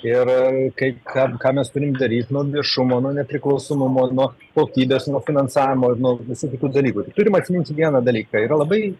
ir kaip ką ką mes turim daryt nuo viešumo nuo nepriklausomumo nuo kokybės nuo finansavimo ir nuo visų kitų dalykų tai turim atsiminti vieną dalyką yra labai